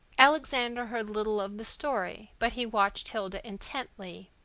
alexander heard little of the story, but he watched hilda intently.